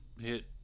hit